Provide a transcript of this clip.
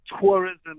tourism